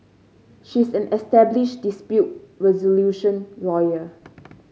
she's an established dispute resolution lawyer